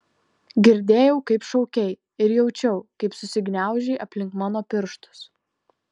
girdėjau kaip šaukei ir jaučiau kaip susigniaužei aplink mano pirštus